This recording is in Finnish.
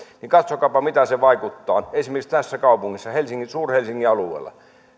ja katsokaapa mitä se vaikuttaa esimerkiksi tässä kaupungissa suur helsingin alueella